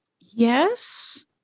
Yes